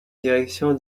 direction